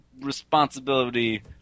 responsibility